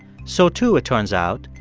so, too, it turns out,